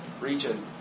region